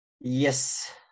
Yes